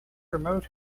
remote